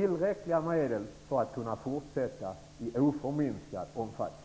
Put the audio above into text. tillräckliga medel för att fortsätta i oförminskad omfattning?